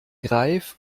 greif